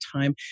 time